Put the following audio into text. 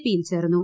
പികയിൽ ചേർന്നു